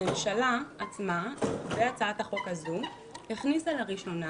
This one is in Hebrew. הממשלה עצמה בהצעת החוק הזו הכניסה לראשונה